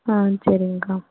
ஆ செரிங்க்கா